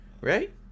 right